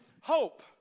hope